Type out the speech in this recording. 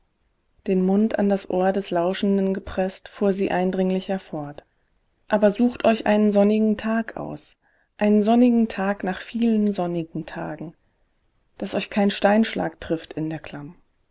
den mund an das ohr des lauschenden gepreßt fuhr sie eindringlicher fort aber sucht euch einen sonnigen tag aus einen sonnigen tag nach vielen sonnigen tagen daß euch kein steinschlag trifft in der